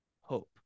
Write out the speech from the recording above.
hope